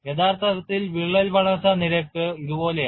യഥാർത്ഥത്തിൽ വിള്ളൽ വളർച്ചാ നിരക്ക് ഇതുപോലെയാണ്